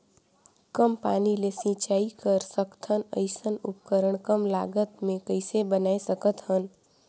कम पानी ले सिंचाई कर सकथन अइसने उपकरण कम लागत मे कइसे बनाय सकत हन?